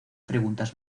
preguntas